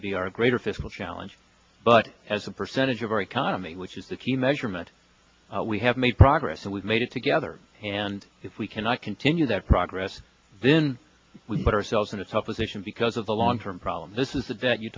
to be our greater fiscal challenge but as a percentage of our economy which is the key measurement we have made progress and we've made it together and if we can continue that progress then we put ourselves in a tough position because of the long term problem this is a debt you